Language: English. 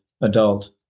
adult